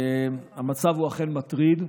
המצב הוא אכן מטריד,